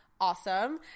awesome